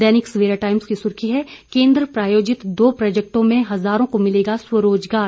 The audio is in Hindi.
दैनिक सवेरा टाइम्स की सुर्खी है केंद्र प्रायोजित दो प्रोजेक्टों में हजारों को मिलेगा स्वरोजगार